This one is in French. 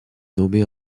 nommées